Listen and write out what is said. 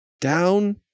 Down